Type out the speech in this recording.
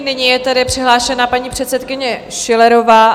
Nyní je tedy přihlášena paní předsedkyně Schillerová.